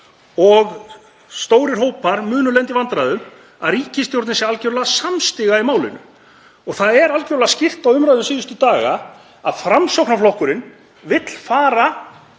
og stórir hópar munu lenda í vandræðum að ríkisstjórnin sé algerlega samstiga í málinu. Það er algerlega skýrt á umræðu síðustu daga að Framsóknarflokkurinn vill fara